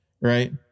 right